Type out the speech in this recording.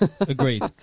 agreed